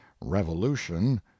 revolution